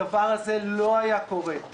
הדבר הזה לא היה קורה.